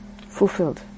fulfilled